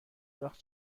وقت